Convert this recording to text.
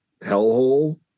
hellhole